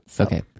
Okay